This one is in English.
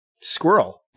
Squirrel